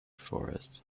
forest